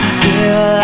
feel